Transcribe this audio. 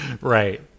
right